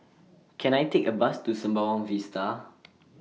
Can I Take A Bus to Sembawang Vista